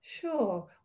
Sure